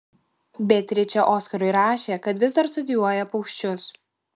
beatričė oskarui rašė kad vis dar studijuoja paukščius